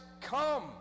come